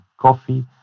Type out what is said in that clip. coffee